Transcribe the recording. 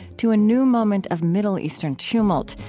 to a new moment of middle eastern tumult,